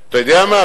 אתה יודע מה,